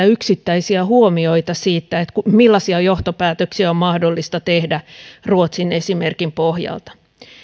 yksittäisiä huomioita siitä millaisia johtopäätöksiä on mahdollista tehdä ruotsin esimerkin pohjalta